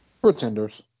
pretenders